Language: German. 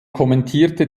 kommentierte